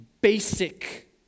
basic